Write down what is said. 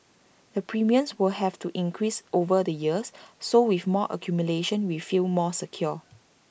the premiums will have to increase over the years so with more accumulation we feel more secure